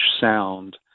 sound